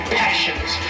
passions